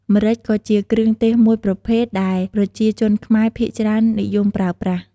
ម្រេចក៏ជាគ្រឿងទេសមួយប្រភេទដែលប្រជាជនខ្មែរភាគច្រើននិយមប្រើប្រាស់។